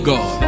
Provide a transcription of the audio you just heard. God